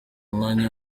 mwanya